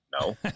no